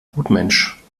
gutmensch